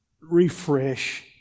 refresh